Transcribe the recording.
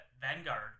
Vanguard